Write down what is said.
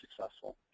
successful